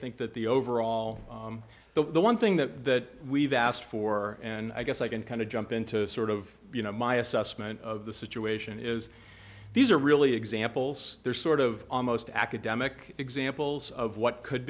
think that the overall the one thing that we've asked for and i guess i can kind of jump into sort of you know my assessment of the situation is these are really examples they're sort of almost academic examples of